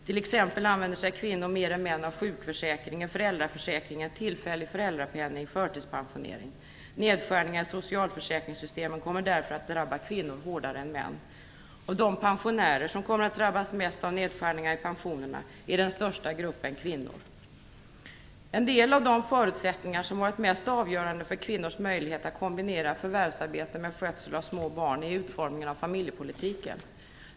T.ex. använder sig kvinnor mer än män av sjukförsäkringen, föräldraförsäkringen, tillfällig föräldrapenning och förtidspensionering. Nedskärningar i socialförsäkringssystemen kommer därför att drabba kvinnor hårdare än män. Av de pensionärer som kommer att drabbas mest av nedskärningarna i pensionerna är den största gruppen kvinnor. En del av de förutsättningar som varit mest avgörande för kvinnors möjlighet att kombinera förvärvsarbete med skötsel av små barn är utformningen av familjepolitiken.